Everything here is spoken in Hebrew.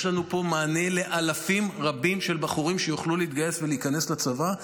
יש לנו פה מענה לאלפים רבים של בחורים שיוכלו להתגייס ולהיכנס לצבא,